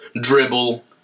dribble